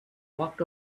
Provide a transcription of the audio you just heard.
walked